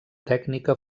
tècnica